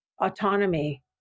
autonomy